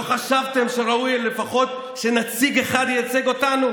לא חשבתם שראוי שלפחות נציג אחד ייצג אותנו,